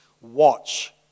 watch